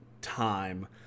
time